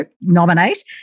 nominate